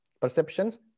perceptions